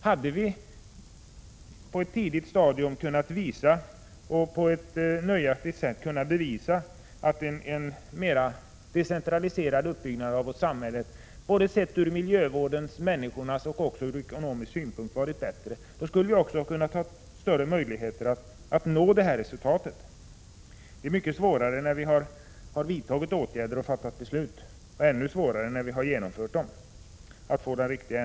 Hade vi på ett tidigt stadium nöjaktigt kunnat bevisa att en mer decentraliserad uppbyggnad av vårt samhälle ur miljövårdssynpunkt, liksom ur människornas synpunkt och ur ekonomisk synpunkt hade varit bättre, då skulle vi också ha haft större möjligheter att nå bra resultat. När vi har fattat beslut om åtgärder är det mycket svårare att få en riktig förändring till stånd. Än svårare blir det när man genomfört åtgärderna.